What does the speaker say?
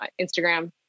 Instagram